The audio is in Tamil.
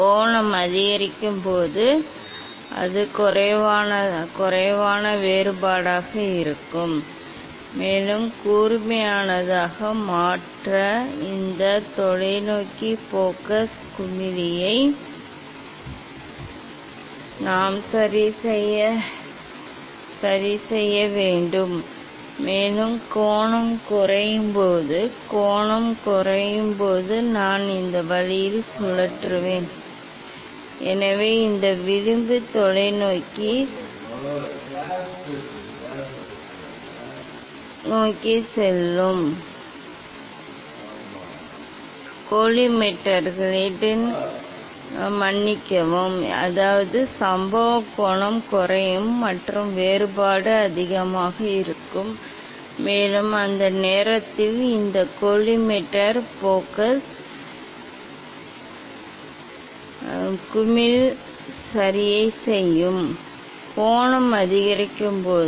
கோணம் அதிகரிக்கும் போது அது குறைவான வேறுபாடாக இருக்கும் மேலும் கூர்மையானதாக மாற்ற இந்த தொலைநோக்கி ஃபோகஸ் குமிழியை நாம் சரிசெய்ய வேண்டும் மேலும் கோணம் குறையும் போது கோணம் குறையும் போது நான் இந்த வழியில் சுழற்றுவேன் எனவே இந்த விளிம்பு தொலைநோக்கியை நோக்கி செல்லும் கோலிமேட்டர்களிடம் மன்னிக்கவும் அதாவது சம்பவ கோணம் குறையும் மற்றும் வேறுபாடு அதிகமாக இருக்கும் மேலும் அந்த நேரத்தில் இந்த கோலிமேட்டர் ஃபோகஸ் குமிழ் சரிசெய்யும் இது கூர்மையாக இருக்கும் கோணம் அதிகரிக்கும் போது